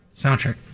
Soundtrack